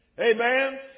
Amen